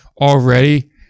Already